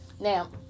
now